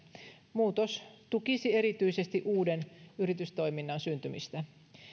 muutos tukisi erityisesti uuden yritystoiminnan syntymistä